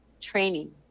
training